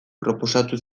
proposatu